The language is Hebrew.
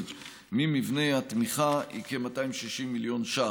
ממבחני התמיכה היא כ-260 מיליון ש"ח.